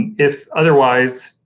if otherwise,